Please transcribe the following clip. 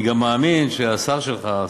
אני גם מאמין שהשר שלך,